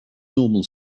normal